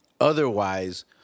Otherwise